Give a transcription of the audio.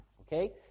Okay